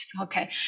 okay